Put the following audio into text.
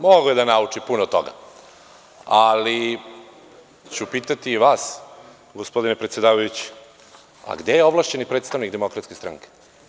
Mogao je da nauči puno toga, ali ću pitati vas gospodine predsedavajući - a gde je ovlašćeni predstavnik Demokratske stranke?